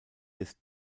des